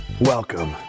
Welcome